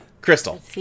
Crystal